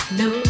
no